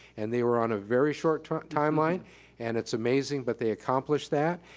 and they were on a very short timeline and it's amazing, but they accomplished that,